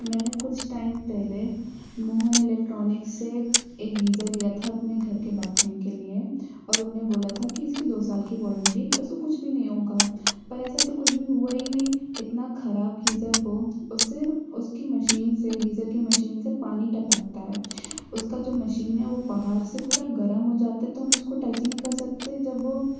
मैने कुछ टाइम पहले मोहन इलेक्ट्रॉनिक से एक गीज़र लिया था अपने घर के बाथरूम के लिए और उन्होंने बोला था कि इसकी दो साल की वारंटी है तो इसको कुछ भी नहीं होगा पर ऐसा तो कुछ भी हुआ ही नहीं इतना ख़राब गीज़र वो उससे उसकी मशीन से गीज़र की मशीन से पानी टपकता है उसकी जो मशीन है वो बाहर से पूरा गर्म हो जाता था हम उसको टच नहीं कर सकते जब वो